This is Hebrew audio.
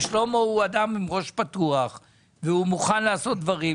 ושלמה הוא אדם עם ראש פתוח והוא מוכן לעשות דברים,